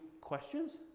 questions